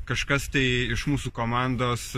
kažkas tai iš mūsų komandos